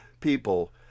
people